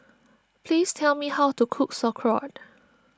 please tell me how to cook Sauerkraut